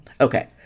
Okay